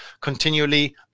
continually